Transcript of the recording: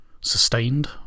sustained